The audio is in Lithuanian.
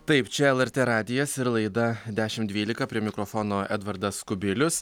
taip čia lrt radijas ir laida dešimt dvylika prie mikrofono edvardas kubilius